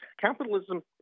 capitalism